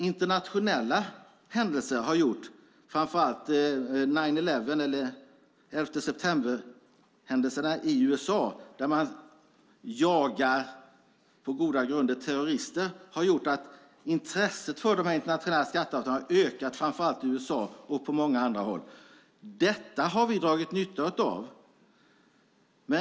Internationella händelser - framför allt 11 september-händelserna i USA, där man sedan på goda grunder jagar terrorister - har gjort att intresset för de internationella skatteavtalen har ökat, framför allt i USA och på många andra håll. Det har vi dragit nytta av.